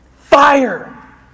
Fire